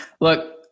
Look